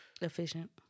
efficient